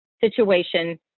situation